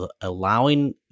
allowing